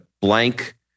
blank